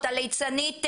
הליצנית,